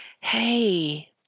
hey